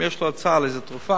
אם יש לו הצעה על איזו תרופה,